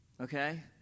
Okay